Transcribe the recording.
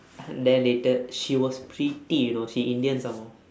then later she was pretty you know she indian some more